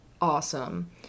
awesome